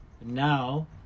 now